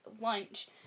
lunch